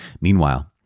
Meanwhile